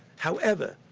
however,